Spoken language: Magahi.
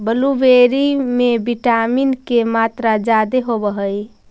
ब्लूबेरी में विटामिन के मात्रा जादे होब हई